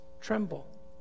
tremble